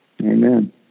Amen